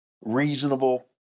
reasonable